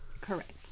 correct